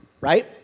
right